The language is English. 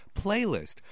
playlist